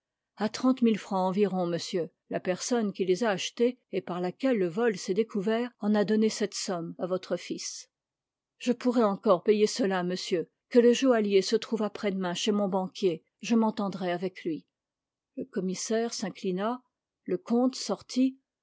trente mille francs environ monsieur la personne qui les a achetés et par laquelle le vol s'est découvert en a donné cette somme à votre fils je pourrai encore payer cela monsieur que le joaillier se trouve après-demain chez mon banquier je m'entendrai avec lui le commissaire s'inclina le comte sortit